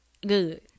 good